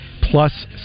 plus